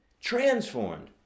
Transformed